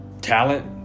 talent